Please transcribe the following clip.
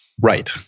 Right